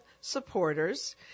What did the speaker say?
supporters